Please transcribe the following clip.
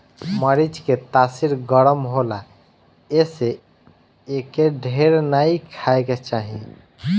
मरीच के तासीर गरम होला एसे एके ढेर नाइ खाए के चाही